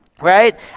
Right